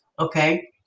okay